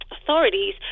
Authorities